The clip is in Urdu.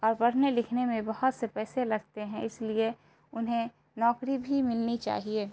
اور پڑھنے لکھنے میں بہت سے پیسے لگتے ہیں اس لیے انہیں نوکری بھی ملنی چاہیے